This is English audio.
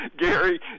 Gary